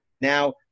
now